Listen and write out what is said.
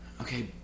Okay